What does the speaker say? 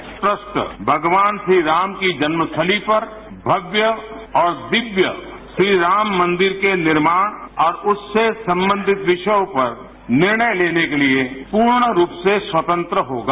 ये ट्रस्ट भगवान श्रीराम की जन्मस्थली पर भव्य और दिव्य श्री राममंदिर के निर्माण और उससे संबंधित विषयों पर निर्णय लेने के लिए पूर्ण रूप से स्वतंत्र होगा